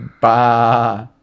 Bah